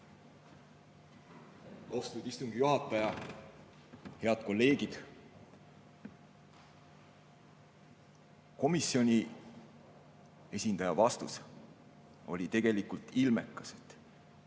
Austatud istungi juhataja! Head kolleegid! Komisjoni esindaja vastus oli tegelikult ilmekas. Kes